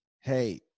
Hey